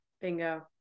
Bingo